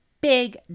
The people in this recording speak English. big